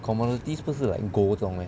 commodities 不是 like gold 这种 meh